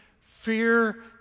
Fear